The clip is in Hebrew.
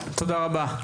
תודה רבה.